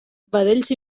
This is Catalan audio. vedells